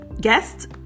guest